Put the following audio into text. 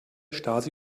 stasi